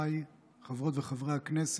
חבריי חברות וחברי הכנסת,